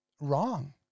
Wrong